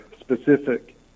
specific